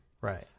Right